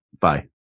Bye